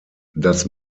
das